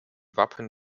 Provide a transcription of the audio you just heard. wappen